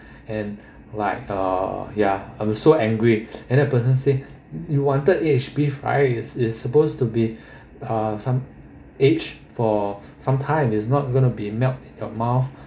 and like uh ya I was so angry and then the person say you wanted aged beef rice is is supposed to be uh some age for some time is not going be melt in your mouth